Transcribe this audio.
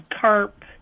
carp